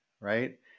right